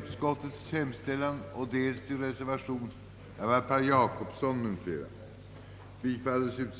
beskattningen som miljöpolitiskt instrument.